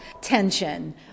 tension